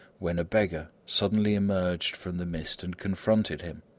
when a beggar suddenly emerged from the mist and confronted him.